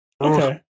Okay